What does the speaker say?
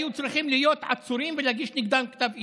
היו צריכים להיות עצורים ולהגיש נגדם כתב אישום,